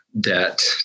debt